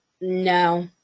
no